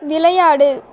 விளையாடு